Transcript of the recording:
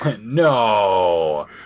No